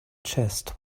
chest